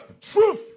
truth